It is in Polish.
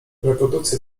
reprodukcja